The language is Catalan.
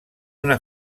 una